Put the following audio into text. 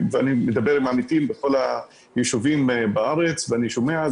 ואני מדבר עם עמיתים בכל היישובים בארץ ואני שומע,